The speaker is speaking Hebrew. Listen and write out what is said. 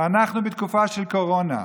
אנחנו בתקופה של קורונה.